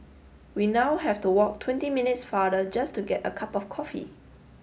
we now have to walk twenty minutes farther just to get a cup of coffee